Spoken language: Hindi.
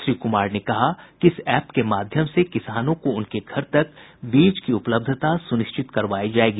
श्री कुमार ने कहा कि इस एप के माध्यम से किसानों को उनके घर तक बीज की उपलब्धता सुनिश्चित करवाई जायेगी